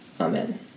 Amen